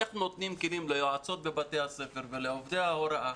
איך נותנים כלים ליועצות בבתי הספר ולעובדי ההוראה